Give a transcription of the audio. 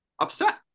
upset